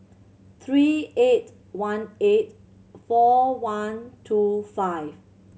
three eight one eight four one two five